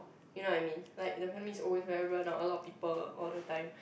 you know what I mean like the family is always very 热闹:renao a lot of people all the time